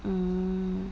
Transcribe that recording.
mm